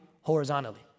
horizontally